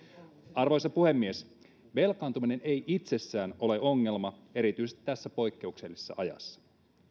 arvoisa puhemies velkaantuminen ei itsessään ole ongelma erityisesti tässä poikkeuksellisessa ajassa